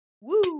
Woo